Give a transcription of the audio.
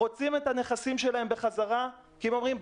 רוצים את הנכסים שלהם בחזרה כי הם אומרים,